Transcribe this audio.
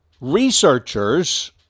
Researchers